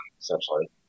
essentially